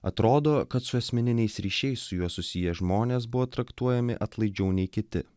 atrodo kad su asmeniniais ryšiais su juo susiję žmonės buvo traktuojami atlaidžiau nei kiti